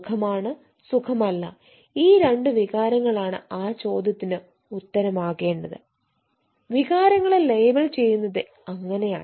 സുഖമാണ് സുഖമല്ല ഈ രണ്ടു വികാരങ്ങളാണ് ആ ചോദ്യത്തിന് ഉത്തരമാകേണ്ടത് വികാരങ്ങളെ ലേബൽ ചെയ്യുന്നത് അങ്ങനെയാണ്